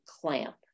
clamp